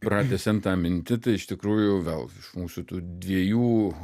pratęsiant tą mintį tai iš tikrųjų vėl iš mūsų tų dviejų